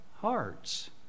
hearts